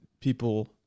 people